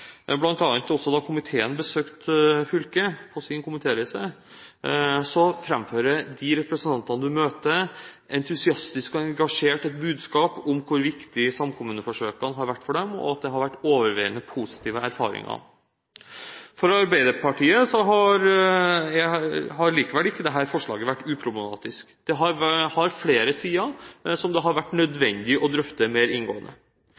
også komiteen gjorde da den besøkte fylket på sin komitéreise, fremfører de representantene en møter, entusiastiske og engasjerte budskap om hvor viktige samkommuneforsøkene har vært for dem, og at det har vært overveiende positive erfaringer. For Arbeiderpartiet har likevel ikke dette forslaget vært uproblematisk. Det har flere sider, som det har vært nødvendig å drøfte mer inngående.